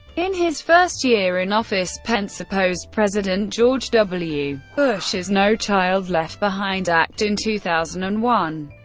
in his first year in office, pence opposed president george w. bush's no child left behind act in two thousand and one,